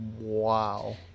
wow